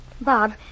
Bob